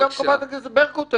בבקשה.